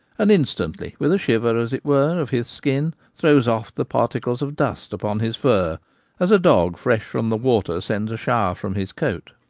and instantly with a shiver, as it were, of his skin throws off the particles of dust upon his fur as a dog fresh from the water sends a shower from his coat.